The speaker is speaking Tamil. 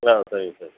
ஆ சரிங்க சார்